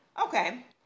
Okay